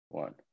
One